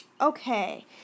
Okay